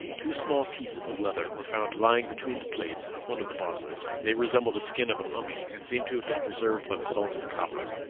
two small pieces of leather were found lying between the plates of one of the bosses they resemble the skin of a mummy, and seem to have been preserved by the salts of copper.